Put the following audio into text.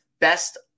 Best